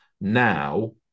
now